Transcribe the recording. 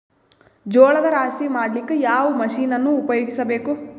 ಜೋಳದ ರಾಶಿ ಮಾಡ್ಲಿಕ್ಕ ಯಾವ ಮಷೀನನ್ನು ಉಪಯೋಗಿಸಬೇಕು?